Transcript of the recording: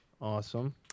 Awesome